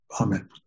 Amen